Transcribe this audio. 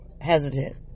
hesitant